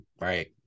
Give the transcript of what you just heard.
Right